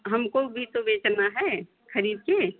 हमको भी तो बेचना है ख़रीदकर